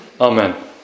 Amen